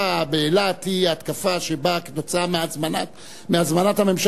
שההתקפה באילת היא התקפה שבאה עקב הזמנת הממשלה,